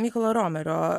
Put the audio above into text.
mykolo romerio